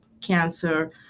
cancer